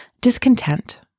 discontent